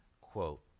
quote